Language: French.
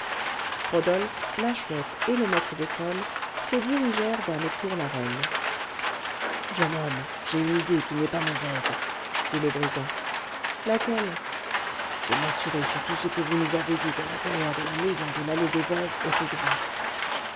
rodolphe la chouette et le maître d'école se dirigèrent vers le cours la reine jeune homme j'ai une idée qui n'est pas mauvaise dit le brigand laquelle de m'assurer si tout ce que vous nous avez dit de l'intérieur de la maison de l'allée des veuves est exact